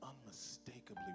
Unmistakably